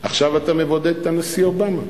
עכשיו אתה מבודד את הנשיא אובמה.